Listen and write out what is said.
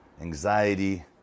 anxiety